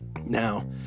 Now